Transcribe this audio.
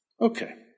Okay